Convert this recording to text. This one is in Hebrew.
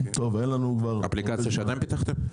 אפליקציה שאתם פיתחתם?